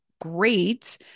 great